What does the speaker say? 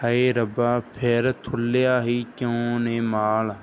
ਹਾਏ ਰੱਬਾ ਫ਼ਿਰ ਖੁੱਲ੍ਹਿਆ ਹੀ ਕਿਉਂ ਨੇ ਮਾਲ